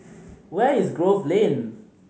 where is Grove Lane